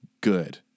good